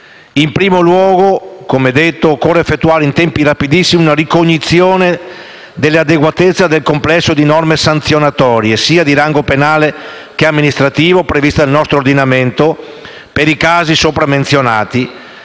in primo luogo, come già detto, occorre effettuare, in tempi rapidissimi, una ricognizione del complesso delle norme sanzionatone, sia di rango penale che amministrativo, previste nel nostro ordinamento per i casi sopra menzionati